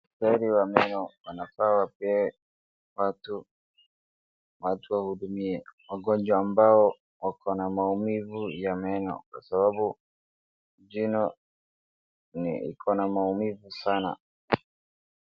Daktari wa meno anafaa awapee watu watu awahudumie wagonjwa ambao wako na maumivu ya meno kwa sababu jino ni iko na maumivu sana